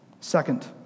Second